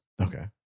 okay